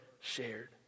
shared